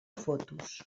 fotos